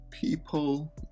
people